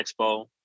Expo